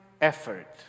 effort